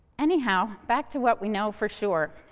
anyhow, back to what we know for sure.